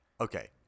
Okay